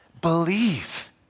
Believe